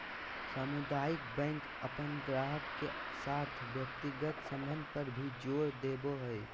सामुदायिक बैंक अपन गाहक के साथ व्यक्तिगत संबंध पर भी जोर देवो हय